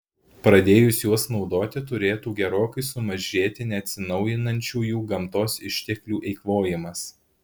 pradėjus juos naudoti turėtų gerokai sumažėti neatsinaujinančiųjų gamtos išteklių eikvojimas